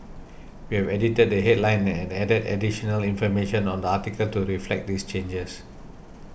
we have edited the headline and added additional information on article to reflect these changes